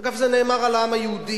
אגב, זה נאמר על העם היהודי,